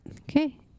Okay